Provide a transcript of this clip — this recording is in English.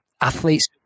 athletes